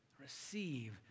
Receive